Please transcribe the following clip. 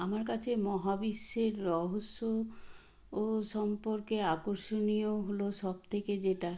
আমার কাছে মহাবিশ্বের রহস্য ও সম্পর্কে আকর্ষণীয় হলো সব থেকে যেটা